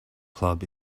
club